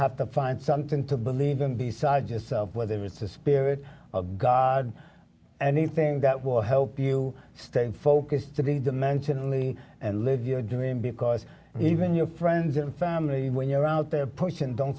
have to find something to believe in besides yourself whether it's the spirit of god anything that will help you stay in focus to be dimensionally and live your dream because even your friends and family when you're out there person don't